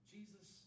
Jesus